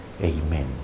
Amen